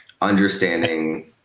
Understanding